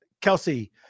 Kelsey